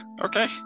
okay